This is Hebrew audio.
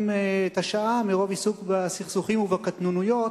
את השעה מרוב עיסוק בסכסוכים ובקטנוניות,